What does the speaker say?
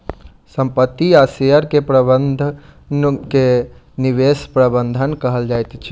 संपत्ति आ शेयर के प्रबंधन के निवेश प्रबंधन कहल जाइत अछि